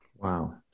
Wow